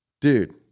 Dude